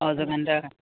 অঁ